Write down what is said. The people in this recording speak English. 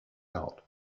out